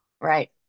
Right